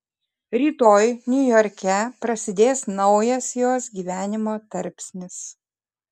rytoj niujorke prasidės naujas jos gyvenimo tarpsnis